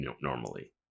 normally